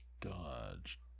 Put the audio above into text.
Dodge